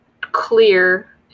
clear